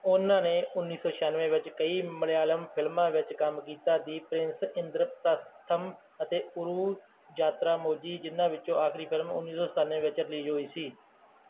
ਉਨ੍ਹਾਂ ਨੇ ਉੱਨੀ ਸੌ ਛਿਆਨਵੇਂ ਵਿੱਚ ਕਈ ਮਲਿਆਲਮ ਫਿਲਮਾਂ ਵਿੱਚ ਕੰਮ ਕੀਤਾ ਦ ਪ੍ਰਿੰਸ ਇੰਦਰਪ੍ਰਸਥਮ ਅਤੇ ਓਰੂ ਯਾਤਰਾਮੋਝੀ ਜਿਨ੍ਹਾਂ ਵਿੱਚੋਂ ਆਖਰੀ ਫਿਲਮ ਉੱਨੀ ਸੌ ਸਤਾਨਵੇਂ ਵਿੱਚ ਰਲੀਜ਼ ਹੋਈ ਸੀ